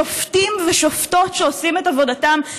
שופטים ושופטות שעושים את עבודתם,